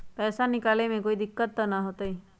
पैसा निकाले में कोई दिक्कत त न होतई?